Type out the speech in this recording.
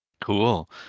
Cool